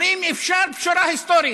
אומרים: אפשר פשרה היסטורית,